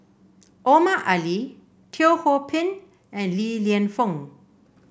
Omar Ali Teo Ho Pin and Li Lienfung